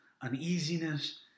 uneasiness